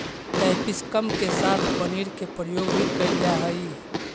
capsicum के साथ पनीर के प्रयोग भी कैल जा हइ